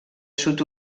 sud